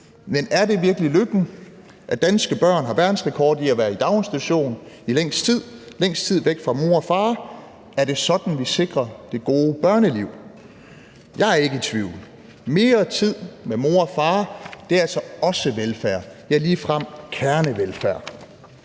Men er det virkelig lykken, at danske børn har verdensrekord i at være i daginstitution i længst tid, længst tid væk fra mor og far? Er det sådan, vi sikrer det gode børneliv? Jeg er ikke i tvivl. Mere tid med mor og far er altså også velfærd, ja, ligefrem kernevelfærd.